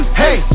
hey